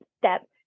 step